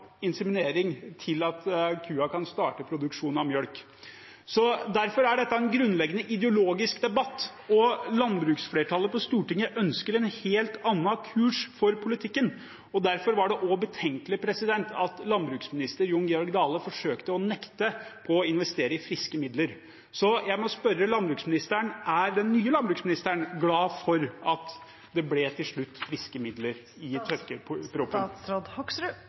inseminering til kua kan starte produksjon av melk. Derfor er dette en grunnleggende ideologisk debatt. Landbruksflertallet på Stortinget ønsker en helt annen kurs for politikken, og derfor var det også betenkelig at tidligere landbruksminister Jon Georg Dale forsøkte å nekte å komme med friske midler. Jeg må spørre landbruksministeren: Er den nye landbruksministeren glad for at det til slutt kom friske midler i